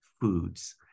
foods